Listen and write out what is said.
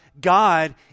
God